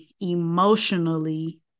emotionally